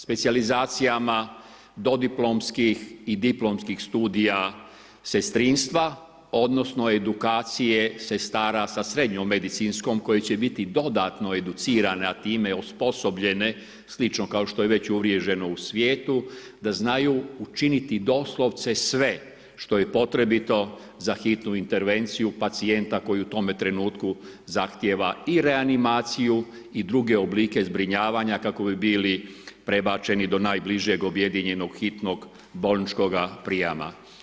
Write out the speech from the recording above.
Specijalizacijama, dodiplomskih i diplomskih studija sestrinstva, odnosno edukacije sestara sa srednjom medicinskom koje će biti dodatno educirane, a time osposobljene, slično kao što je već uvriježeno u svijetu, da znaju učiniti doslovce sve što je potrebito za hitnu intervenciju pacijenta koji u tome trenutku zahtijeva i reanimaciju i druge oblike zbrinjavanja kako bi bili prebačeni do najbližeg objedinjenog hitnog bolničkoga prijama.